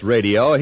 Radio